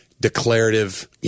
declarative